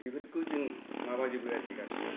बेफोरखौ जों माबाजोबो आरखि गासिबो